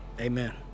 Amen